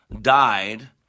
died